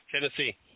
Tennessee